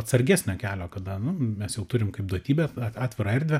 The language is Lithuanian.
atsargesnio kelio kada nu mes jau turim kaip duotybę atvirą erdvę